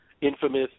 infamous